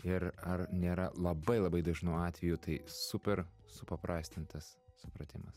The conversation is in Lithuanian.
ir ar nėra labai labai dažnu atveju tai super supaprastintas supratimas